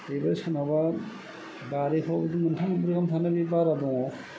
बेबो सोरनावबा बारिखौ बिदिनो मोनथाम मोनब्रैयाव थानानै दङ